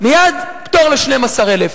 מייד פטור ל-12,000.